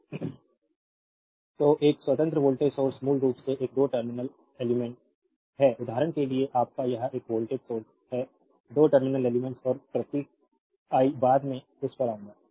slide time देखें 0742 तो एक स्वतंत्र वोल्टेज सोर्स मूल रूप से एक दो टर्मिनल एलिमेंट्स है उदाहरण के लिए आपका यह एक वोल्टेज सोर्स है दो टर्मिनल एलिमेंट्स और प्रतीक आई बाद में उस पर आऊंगा